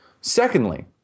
Secondly